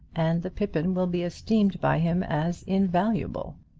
and the pippin will be esteemed by him as invaluable.